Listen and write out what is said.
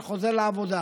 וחוזר לעבודה.